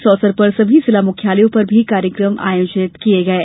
इस अवसर पर सभी जिला मुख्यालयों पर भी कार्यक्रम आयोजित किये गये